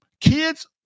Kids